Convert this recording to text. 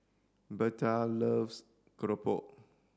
Berta loves Keropok